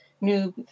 new